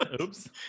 oops